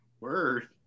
word